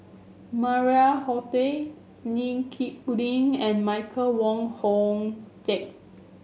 Maria Hertogh Lee Kip Lee and Michael Wong Hong Teng